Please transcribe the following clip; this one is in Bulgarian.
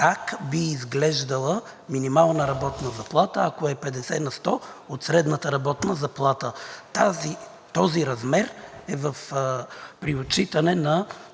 как би изглеждала минималната работна заплата, ако е 50% от средната работна заплата. Този размер е при отчитане на